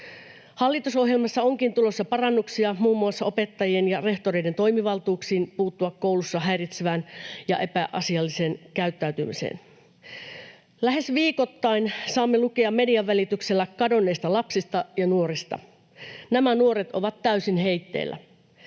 Hallitusohjelmassa onkin tulossa parannuksia muun muassa opettajien ja rehtoreiden toimivaltuuksiin puuttua koulussa häiritsevään ja epäasialliseen käyttäytymiseen. Lähes viikoittain saamme median välityksellä lukea kadonneista lapsista ja nuorista. Nämä nuoret ovat täysin heitteillä.